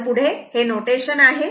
तर पुढे हे नोटेशन आहे